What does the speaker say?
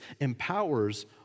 empowers